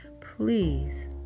Please